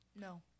No